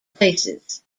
places